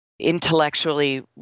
Intellectually